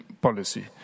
policy